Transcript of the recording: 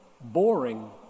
boring